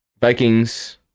Vikings